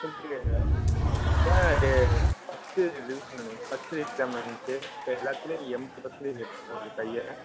இல்லையா சார் இப்போ first revision நடந்து ஃபஸ்ட்டு எக்ஸாம் நடந்துச்சு இது எல்லாத்திலையும் எண்பது பர்சண்டேஜ் எடுத்திருக்காரு உங்கள் பையன்